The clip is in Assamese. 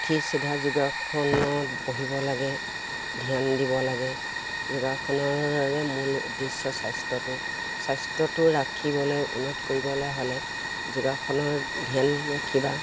উঠি চিধা যোগাসনত বহিব লাগে ধ্যান দিব লাগে যোগাসনৰ মূল উদ্দেশ্য স্বাস্থ্যটো স্বাস্থ্যটো ৰাখিবলৈ উন্নত কৰিবলে হ'লে যোগাসনৰ ধ্যান ৰাখিবা